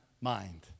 mind